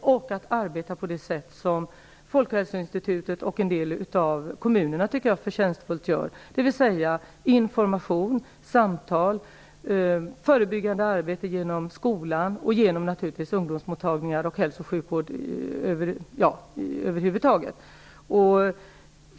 Man har också arbetat på det, som jag tycker, förtjänstfulla sätt som Folkhälsoinstitutet och en del av kommunerna gjort, innefattande information, samtal, förebyggande arbete genom skolan och naturligtvis genom ungdomsmottagningar och hälsooch sjukvård över huvud taget.